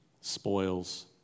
spoils